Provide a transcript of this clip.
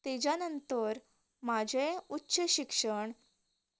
तेज्या नंतर म्हाजे उच्च शिक्षण